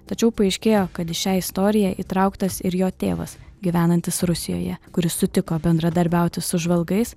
tačiau paaiškėjo kad į šią istoriją įtrauktas ir jo tėvas gyvenantis rusijoje kuris sutiko bendradarbiauti su žvalgais